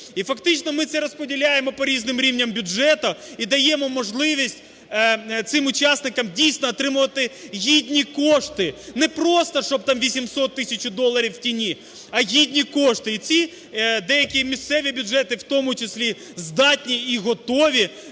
І фактично ми це розподіляємо по різним рівням бюджету і даємо можливість цим учасникам, дійсно, отримувати гідні кошти. Не просто, щоб там 800-1000 доларів у тіні, а гідні кошти. І ці деякі місцеві бюджети в тому числі здатні і готові